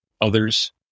others